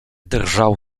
drżał